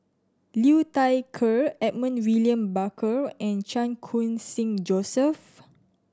Liu Thai Ker Edmund William Barker and Chan Khun Sing Joseph